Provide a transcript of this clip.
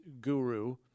guru